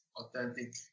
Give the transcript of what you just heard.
authentic